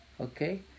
Okay